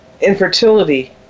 infertility